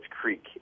Creek